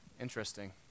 Interesting